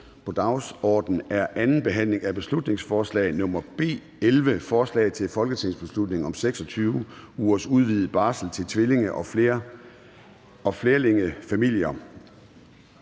på dagsordenen er: 15) 2. (sidste) behandling af beslutningsforslag nr. B 11: Forslag til folketingsbeslutning om 26 ugers udvidet barsel til tvillinge- og flerlingefamilier